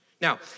Now